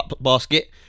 Basket